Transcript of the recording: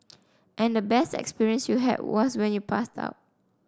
and the best experience you had was when you passed out